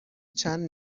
چند